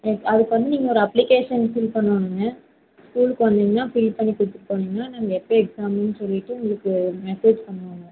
எனக் அதுக்கு வந்து நீங்கள் ஒரு அப்ளிகேஷன் ஃபில் பண்ணனுங்கள் ஸ்கூலுக்கு வந்திங்கனா ஃபில் பண்ணி கொடுத்துட்டு போனிங்கனா நாங்கள் எப்போ எக்ஸாம்ன்னு சொல்லிவிட்டு உங்களுக்கு மெசேஜ் பண்ணுவோங்க